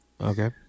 Okay